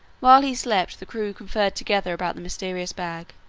while he slept, the crew conferred together about the mysterious bag,